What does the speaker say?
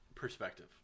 perspective